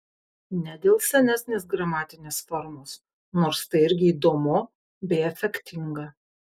ne dėl senesnės gramatinės formos nors tai irgi įdomu bei efektinga